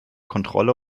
kontrolle